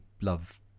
love